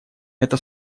это